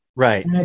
Right